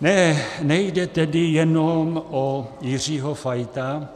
Ne, nejde tedy jenom o Jiřího Fajta,